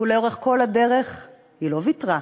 ולאורך כל הדרך היא לא ויתרה.